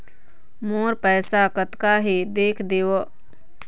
मोर पैसा कतका हे देख देव?